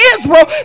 Israel